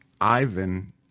Ivan